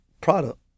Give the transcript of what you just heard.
product